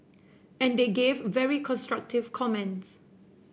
and they gave very constructive comments